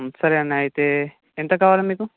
సరే అండి అయితే ఎంత కావలి మీకు